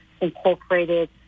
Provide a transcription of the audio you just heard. incorporated